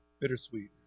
bittersweet